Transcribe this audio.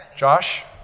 Josh